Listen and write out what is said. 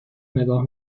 نگاه